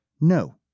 No